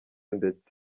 ndetse